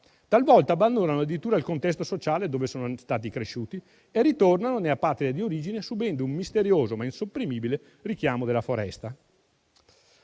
talvolta abbandonano addirittura il contesto sociale dove sono stati cresciuti e ritornano nella patria di origine, subendo un misterioso ma insopprimibile richiamo della foresta.